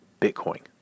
Bitcoin